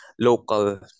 local